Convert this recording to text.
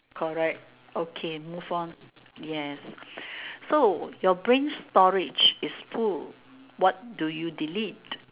correct okay move on yes so your brain storage is full what do you delete